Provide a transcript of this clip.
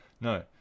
No